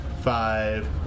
Five